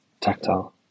tactile